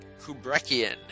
Kubrickian